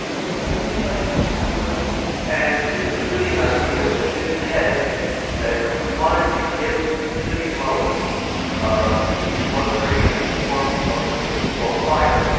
like right like we know this from working in radio and it was really an idea in his head that he wanted to give city dwellers ah the luxury and the warmth of a yule log fire,